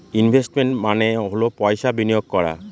investment মানে হল পয়সা বিনিয়োগ করা